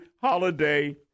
Holiday